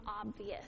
obvious